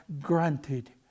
granted